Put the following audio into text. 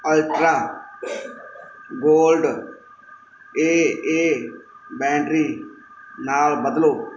ultra gold A A battery ਨਾਲ ਬਦਲੋ